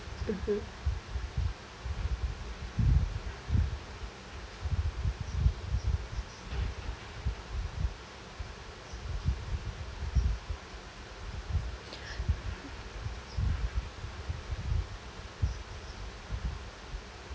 mmhmm